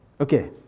okay